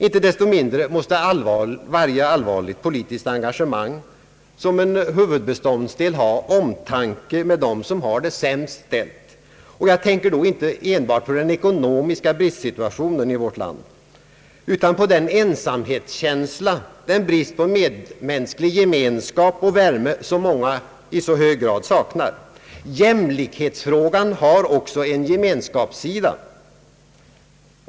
Inte desto mindre måste varje allvarligt politiskt engagement som en huvudbeståndsdel ha omtanke med dem som har det sämst ställt. Jag tänker då inte enbart på den ekonomiska bristsituation vissa människor i vårt land befinner sig i utan också på den ensamhetskänsla, den brist på mänsklig gemenskap och värme som många i så hög grad saknar. Jämlikhetsfrågan har också en gemenskapssida.